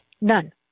None